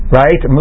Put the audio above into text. right